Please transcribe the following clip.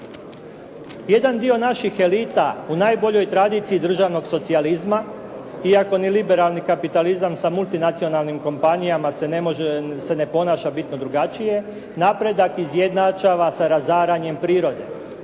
Jedan dio naših elita u najboljoj tradiciji državnog socijalizma, iako neliberalni kapitalizam sa multinacionalnim kompanijama se ne ponaša bitno drugačije, napredak izjednačava sa razaranjem prirode.